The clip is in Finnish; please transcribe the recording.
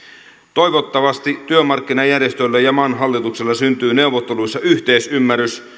toivottavasti työmarkkinajärjestöillä ja ja maan hallituksella syntyy neuvotteluissa yhteisymmärrys